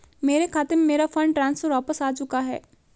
मेरे खाते में, मेरा फंड ट्रांसफर वापस आ चुका है